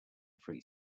free